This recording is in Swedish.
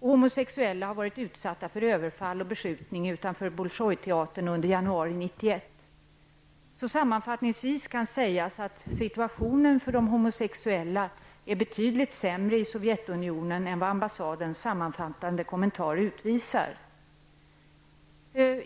Homosexuella har under januari 1991 varit utsatta för överfall och beskjutning utanför Bolsjojteatern. Sammanfattningsvis kan sägas att situationen för homosexuella i Sovjetunionen är betydligt sämre än vad ambassadens sammanfattande kommentar utvisar.